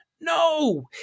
No